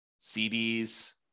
CDs